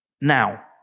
now